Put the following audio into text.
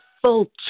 full